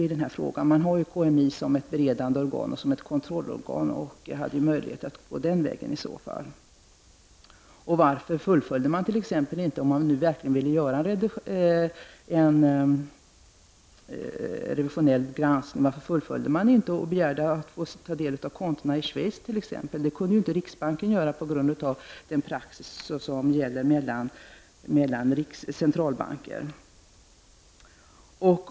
Man har ju KMI som ett beredande organ och som ett kontrollorgan. Därför hade man en möjlighet att välja den vägen. Om man nu verkligen ville göra en revisionell granskning, kan man fråga sig varför man inte begärde att få ta del av kontona i t.ex. Schweiz. Riksbanken kunde ju inte framställa en sådan begäran på grund av den praxis som gäller för centralbanker.